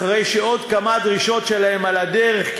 אחרי שעוד כמה דרישות שלהם על הדרך,